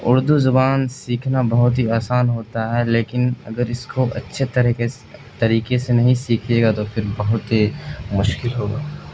اردو زبان سیکھنا بہت ہی آسان ہوتا ہے لیکن اگر اس کو اچھے طریقے طریقے سے نہیں سیکھیے گا تو پھر بہت ہی مشکل ہوگا